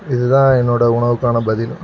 இது தான் என்னோடய உணவுக்கான பதில்